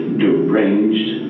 deranged